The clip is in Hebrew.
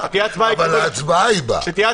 אבל להצבעה היא באה.